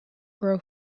grow